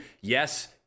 Yes